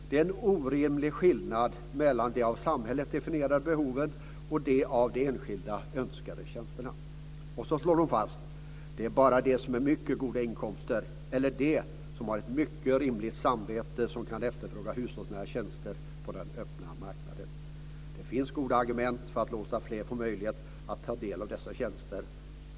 Det är en orimlig skillnad mellan de av samhället definierade behoven och de av de enskilda önskade tjänsterna." Och så slår författaren fast: "Det är bara de som har mycket goda inkomster eller de som har ett mycket rymligt samvete som kan efterfråga hushållsnära tjänster på den öppna marknaden. Det finns goda argument för att låta fler få möjlighet att ta del av dessa tjänster.